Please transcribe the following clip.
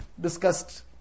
discussed